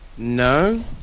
No